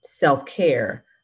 self-care